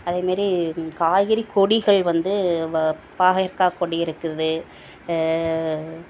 அதேமாரி காய்கறி கொடிகள் வந்து வ பாகற்காய் கொடி இருக்குது